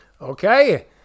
Okay